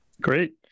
Great